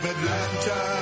Atlanta